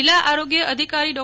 જિલ્લા આરોગ્ય અધિકારી ડો